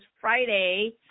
Friday